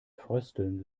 frösteln